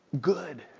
good